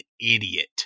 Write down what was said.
idiot